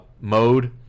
mode